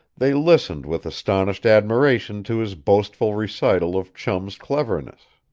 they listened with astonished admiration to his boastful recital of chum's cleverness.